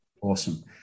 Awesome